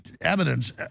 evidence